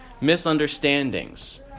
misunderstandings